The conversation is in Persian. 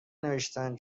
نوشتن